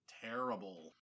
terrible